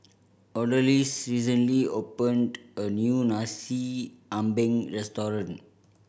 Odalis recently opened a new Nasi Ambeng restaurant